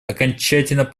окончательно